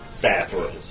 bathroom